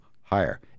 higher